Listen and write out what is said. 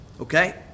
Okay